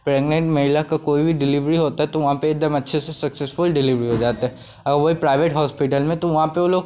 pregnant महिला की कोई भी डिलीवरी होती है तो वहाँ पर एक दम अच्छे से सक्सेसफुल डिलीवरी हो जाती है और वही प्राइवेट होस्पिटल में तो वे लोग